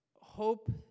hope